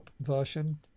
version